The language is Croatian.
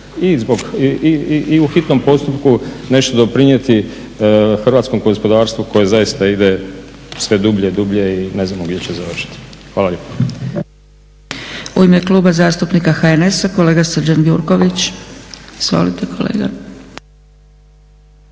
i u hitnom postupku nešto doprinijeti hrvatskom gospodarstvu koje zaista ide sve dublje i dublje i ne znamo gdje će završiti. Hvala